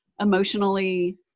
emotionally